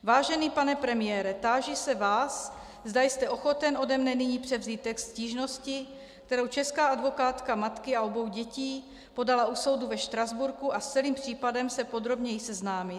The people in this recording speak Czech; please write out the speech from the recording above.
Vážený pane premiére, táži se vás, zda jste ochoten ode mne nyní převzít text stížnosti, kterou česká advokátka matky a obou dětí podala u soudu ve Štrasburku, a s celým případem se podrobněji seznámit.